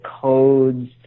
codes